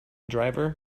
driver